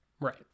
Right